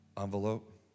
envelope